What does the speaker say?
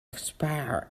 expire